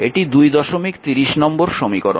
এটি 230 নম্বর সমীকরণ